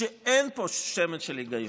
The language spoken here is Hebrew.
כשאין פה שמץ של היגיון.